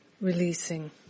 releasing